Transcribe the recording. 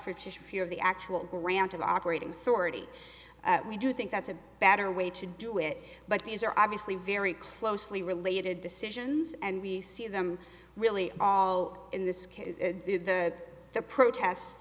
a few of the actual granted operating sortie that we do think that's a better way to do it but these are obviously very closely related decisions and we see them really all in this case the protest